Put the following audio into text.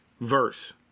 verse